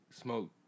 smoke